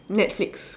netflix